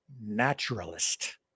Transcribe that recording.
naturalist